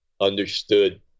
understood